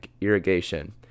Irrigation